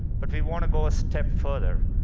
but we want to go a step further.